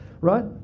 Right